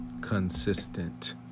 consistent